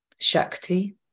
Shakti